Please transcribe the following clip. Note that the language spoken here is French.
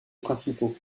principaux